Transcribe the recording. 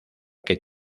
que